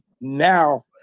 Now